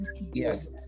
yes